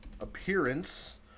appearance